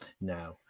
now